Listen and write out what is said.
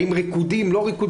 האם ריקודים או לא ריקודים?